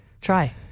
Try